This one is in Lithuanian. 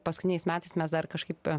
paskutiniais metais mes dar kažkaip